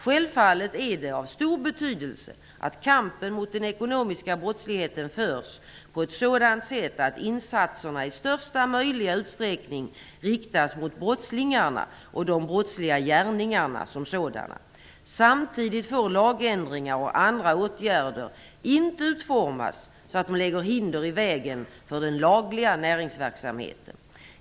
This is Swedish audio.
Självfallet är det av stor betydelse att kampen mot den ekonomiska brottsligheten förs på ett sådant sätt att insatserna i största möjliga utsträckning riktas mot brottslingarna och de brottsliga gärningarna som sådana. Samtidigt får lagändringar och andra åtgärder inte utformas så att de ligger hinder i vägen för den lagliga näringsverksamheten.